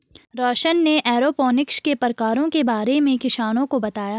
रौशन ने एरोपोनिक्स के प्रकारों के बारे में किसानों को बताया